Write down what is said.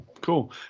cool